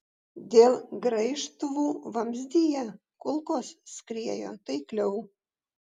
dėl graižtvų vamzdyje kulkos skriejo taikliau